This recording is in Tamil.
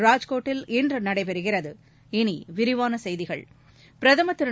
ராஜ்கோட்டில் இன்று நடைபெறுகிறது பிரதமா் திரு